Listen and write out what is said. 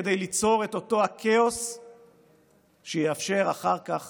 כדי ליצור את אותו כאוס שיאפשר אחר כך